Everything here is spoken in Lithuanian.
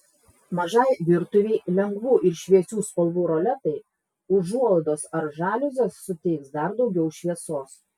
mažai virtuvei lengvų ir šviesių spalvų roletai užuolaidos ar žaliuzės suteiks dar daugiau šviesos